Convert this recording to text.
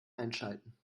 einschalten